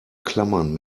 klammern